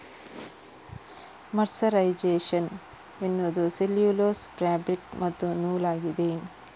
mercerisation ಎನ್ನುವುದು cellulose fabric ಮತ್ತು ನೂಲಾಗಿದೆ